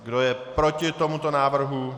Kdo je proti tomuto návrhu?